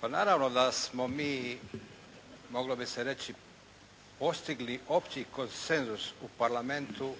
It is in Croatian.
Pa naravno da smo mi moglo bi se reći postigli opći konsenzus u Parlamentu,